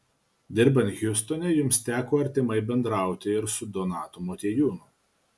dirbant hjustone jums teko artimai bendrauti ir su donatu motiejūnu